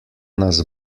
nas